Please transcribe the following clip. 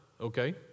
okay